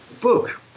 book